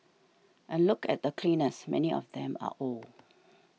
and look at the cleaners many of them are old